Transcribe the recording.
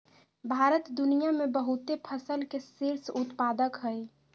भारत दुनिया में बहुते फसल के शीर्ष उत्पादक हइ